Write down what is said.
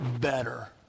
better